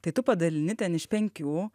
tai tu padalini ten iš penkių